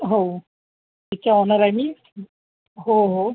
हो त्याचा ओनर आहे मी हो हो